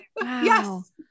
Yes